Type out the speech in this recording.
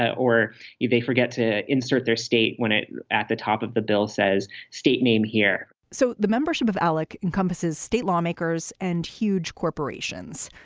or you may forget to insert their state when at the top of the bill says state name here so the membership of alec encompasses state lawmakers and huge corporations.